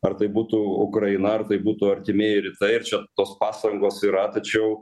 ar tai būtų ukraina ar tai būtų artimieji rytai ir čia tos pastangos yra tačiau